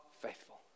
faithful